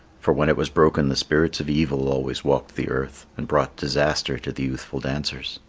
for when it was broken the spirits of evil always walked the earth and brought disaster to the youthful dancers.